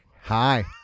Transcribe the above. hi